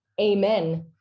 amen